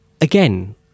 Again